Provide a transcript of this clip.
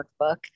Workbook